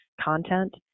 content